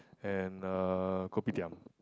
and uh Kopitiam